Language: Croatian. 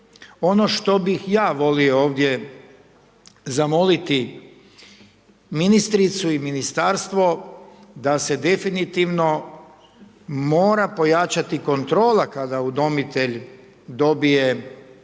Ono što bih ja volio ovdje zamoliti ministricu i Ministarstvo da se definitivno mora pojačati kontrola kada udomitelj dobije